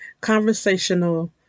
conversational